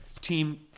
team